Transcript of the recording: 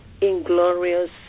inglorious